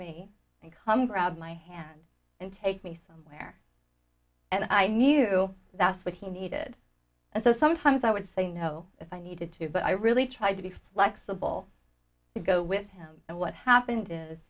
come grab my hand and take me somewhere and i knew that's what he needed and so sometimes i would say no if i needed to but i really tried to be flexible to go with him and what happened is